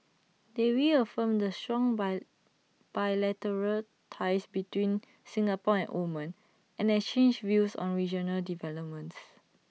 they reaffirmed the strong buy bilateral ties between Singapore and Oman and exchanged views on regional developments